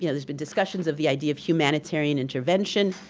yeah there's been discussions of the idea of humanitarian intervention,